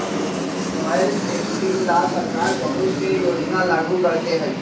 soil testing ला सरकार बहुत से योजना लागू करते हई